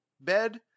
bed